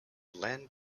land